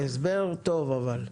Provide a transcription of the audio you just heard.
הסבר טוב אבל.